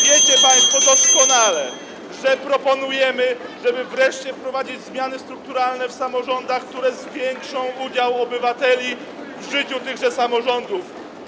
Wiecie państwo doskonale, że proponujemy, żeby wreszcie wprowadzić zmiany strukturalne w samorządach, które zwiększą udział obywateli w życiu tychże samorządów.